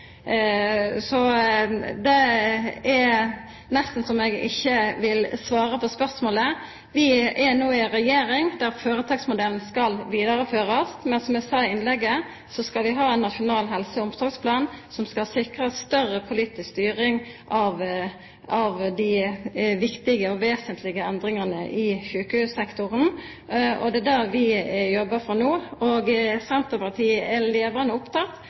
Så det er nesten som eg ikkje vil svara på spørsmålet. Vi er no i ei regjering der føretaksmodellen skal vidareførast, men som eg sa i innlegget, skal vi ha ein nasjonal helse- og omsorgsplan som skal sikra større politisk styring av dei viktige og vesentlege endringane i sjukehussektoren. Det er det vi jobbar for no, og Senterpartiet er levande